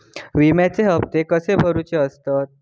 विम्याचे हप्ते कसे भरुचे असतत?